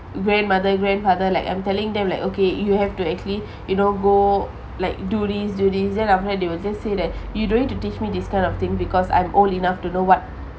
grandmother grandfather like I'm telling them like okay you have to actually you know go like do this do this then after that they will just say that you don't need to teach me this kind of thing because I'm old enough to know what